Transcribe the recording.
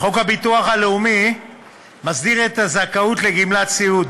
חוק הביטוח הלאומי מסדיר את הזכאות לגמלת סיעוד.